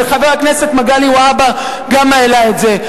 וחבר הכנסת מגלי והבה גם העלה את זה.